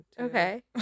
Okay